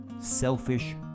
selfish